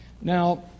Now